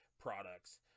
products